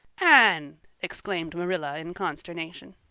anne! exclaimed marilla in consternation.